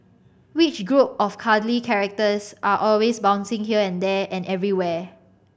which group of cuddly characters are always bouncing here and there and everywhere